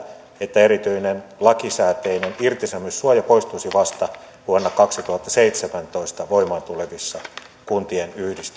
että erityinen lakisääteinen irtisanomissuoja poistuisi vasta vuonna kaksituhattaseitsemäntoista voimaan tulevissa kuntien yhdistymisissä